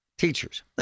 Teachers